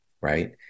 right